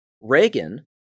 Reagan